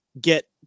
get